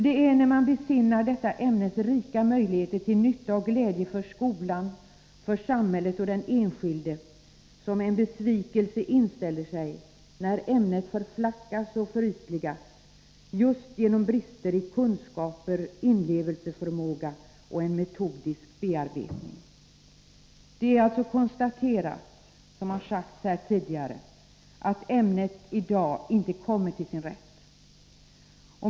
Det är när man besinnar detta ämnes rika möjligheter till nytta och glädje för skolan, samhället och den enskilde som en besvikelse inställer sig när ämnet förflackas och förytligas just genom brister i kunskaper, inlevelseförmåga och metodisk bearbetning. Det är alltså konstaterat, som har sagts här tidigare, att ämnet i dag inte kommer till sin rätt.